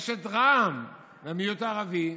יש את רע"מ מהמיעוט הערבי,